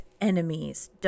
enemies